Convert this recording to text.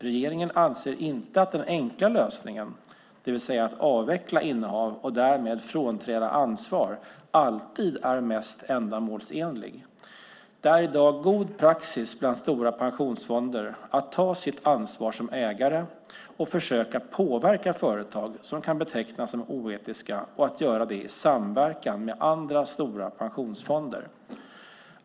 Regeringen anser inte att den enkla lösningen, det vill säga att avveckla innehav och därmed frånträda ansvar, alltid är mest ändamålsenlig. Det är i dag god praxis bland stora pensionsfonder att ta sitt ansvar som ägare och försöka påverka företag som kan betecknas som oetiska och att göra det i samverkan med andra stora pensionsfonder.